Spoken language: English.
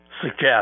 suggest